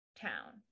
town